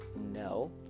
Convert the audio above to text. No